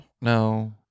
no